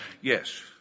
yes